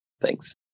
Thanks